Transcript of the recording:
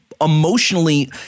emotionally